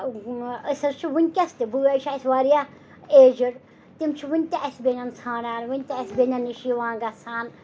أسۍ حظ چھِ وٕنۍکٮ۪س تہِ بٲے چھِ اَسہِ واریاہ ایجِڑ تِم چھِ وٕنہِ تہِ اَسہِ بیٚنٮ۪ن ژھانڈان وٕنہِ تہِ اَسہِ بیٚنٮ۪ن نِش یِوان گژھان